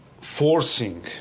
forcing